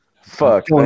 Fuck